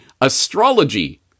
astrology